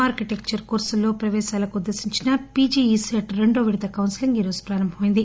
architecture కోర్పుల్లో ప్రవేశాలకు ఉద్దేశించిన పీజీ ఈసెట్ రెండో విడత కౌన్పెలింగ్ ఈరోజు ప్రారంభమైంది